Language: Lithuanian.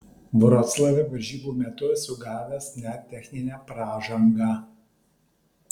vroclave varžybų metu esu gavęs net techninę pražangą